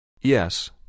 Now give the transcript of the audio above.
Yes